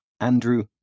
Andrew